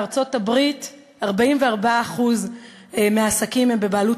בארצות-הברית 44% מהעסקים הם בבעלות